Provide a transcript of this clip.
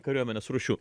kariuomenės rūšių